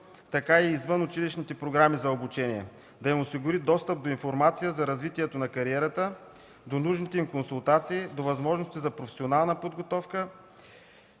така и извънучилищните програми за обучение – да им се осигури достъп до информация за развитието на кариерата, до нужните им консултации, до възможности за професионална подготовка.